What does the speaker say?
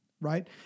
Right